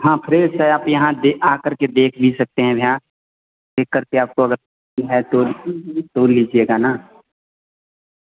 हाँ फ्रेश है आप यहाँ दे आ करके देख भी सकते हैं यहाँ चेक करके आपको अगर है तो तो लीजिएगा ना